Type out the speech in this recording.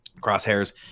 Crosshairs